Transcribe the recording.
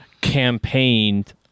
campaigned